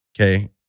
Okay